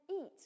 eat